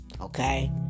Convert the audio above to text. Okay